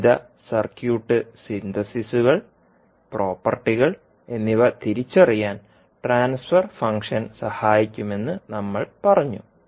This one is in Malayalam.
വിവിധ സർക്യൂട്ട് സിന്തസിസുകൾ പ്രോപ്പർട്ടികൾ എന്നിവ തിരിച്ചറിയാൻ ട്രാൻസ്ഫർ ഫംഗ്ഷൻ സഹായിക്കുമെന്ന് നമ്മൾ പറഞ്ഞു